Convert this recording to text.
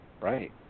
Right